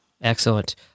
Excellent